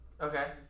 Okay